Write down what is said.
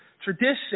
tradition